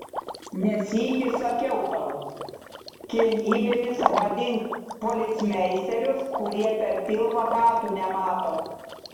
ne sykį sakiau tau kilnybėmis vadink policmeisterius kurie per pilvą batų nemato